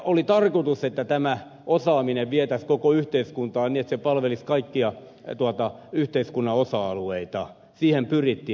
oli tarkoitus että tämä osaaminen vietäisiin koko yhteiskuntaan niin että se palvelisi kaikkia yhteiskunnan osa alueita siihen pyrittiin